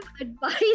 advice